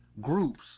groups